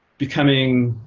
becoming